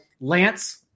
Lance